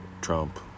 Trump